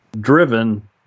driven